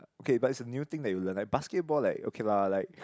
okay but it's a new thing that you learn like basketball like okay lah like